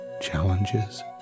challenges